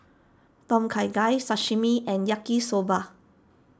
Tom Kha Gai Sashimi and Yaki Soba